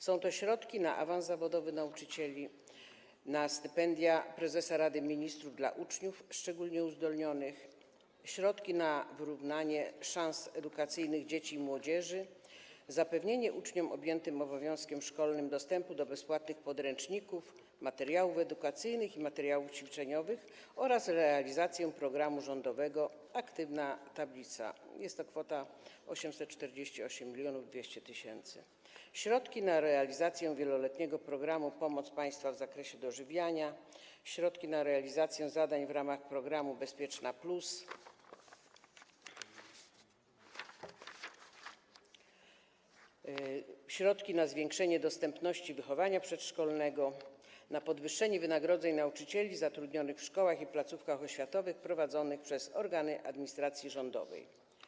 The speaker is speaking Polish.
Są to środki na awans zawodowy nauczycieli, na stypendia prezesa Rady Ministrów dla uczniów szczególnie uzdolnionych, środki na wyrównanie szans edukacyjnych dzieci i młodzieży, zapewnienie uczniom objętym obowiązkiem szkolnym dostępu do bezpłatnych podręczników, materiałów edukacyjnych i materiałów ćwiczeniowych oraz realizację programu rządowego „Aktywna tablica” - jest to kwota 848 200 tys. - środki na realizację wieloletniego programu „Pomoc państwa w zakresie dożywiania”, środki na realizację zadań w ramach programu „Bezpieczna+”, środki na zwiększenie dostępności wychowania przedszkolnego, na podwyższenie wynagrodzeń nauczycieli zatrudnionych w szkołach i placówkach oświatowych prowadzonych przez organy administracji rządowej.